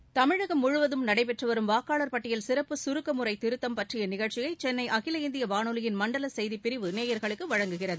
seconds Tamilagam முழுவதும் நடைபெற்றுவரும் வாக்காளர் பட்டியல் சிறப்பு சுருக்கமுறைத் திருத்தம் பற்றியநிகழ்ச்சியைசென்னைஅகில இந்தியவானொலியின் மண்டலசெய்திப் பிரிவு நேயர்களுக்குவழங்குகிறது